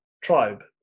tribe